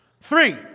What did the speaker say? Three